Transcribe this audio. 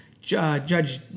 Judge